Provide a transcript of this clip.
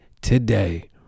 today